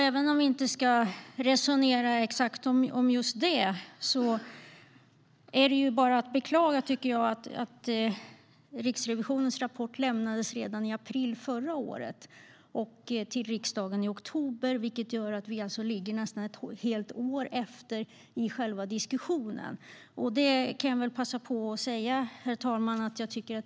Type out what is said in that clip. Även om vi inte ska resonera om exakt just det är det bara att beklaga att Riksrevisionens rapport lämnades redan i april förra året. Till riksdagen kom den i oktober, vilket gör att vi ligger nästan ett helt år efter i själva diskussionen. Herr talman!